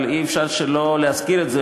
אבל אי-אפשר שלא להזכיר את זה